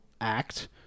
act